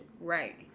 Right